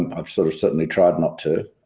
um i've sort of certainly tried not to.